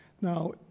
Now